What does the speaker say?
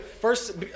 first